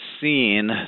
seen